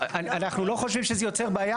אנחנו לא חושבים שזה יוצר בעיה,